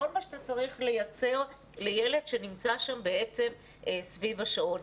כל מה שאתה צריך לייצר לילד שנמצא שם בעצם סביב השעון.